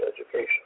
education